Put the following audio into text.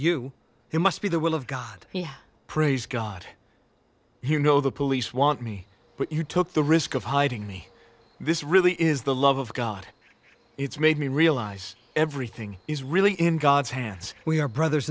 here must be the will of god praise god you know the police want me but you took the risk of hiding me this really is the love of god it's made me realize everything is really in god's hands we are brothers